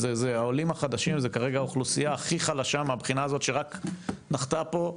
העולים החדשים זה כרגע אוכלוסייה הכי חלשה מהבחינה הזאת שרק נחתה פה.